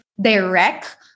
direct